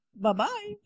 Bye-bye